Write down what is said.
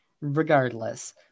regardless